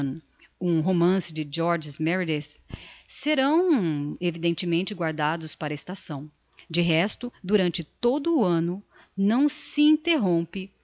um romance de georges meredith serão evidentemente guardados para a estação de resto durante todo o anno não s'interrompe